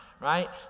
right